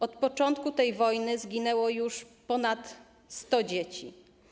Od początku tej wojny zginęło już ponad 100 dzieci.